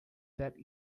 that